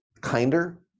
kinder